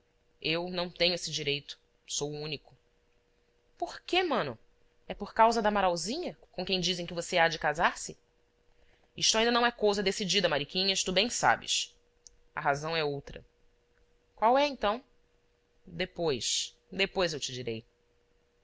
eu não tenho esse direito sou o único por quê mano é por causa da amaralzinha com quem dizem que você há de casar-se isto ainda não é cousa decidida mariquinhas tu bem sabes a razão é outra qual é então depois depois eu te direi